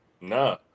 No